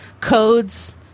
codes